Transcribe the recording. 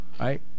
right